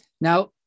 Now